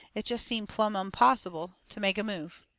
it jest seemed plumb unpossible to make a move.